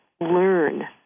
learn